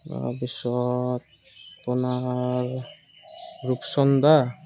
তাৰ পিছত আপোনাৰ ৰূপচন্দা